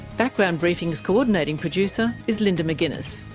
background briefing's co-ordinating producer is linda mcginness,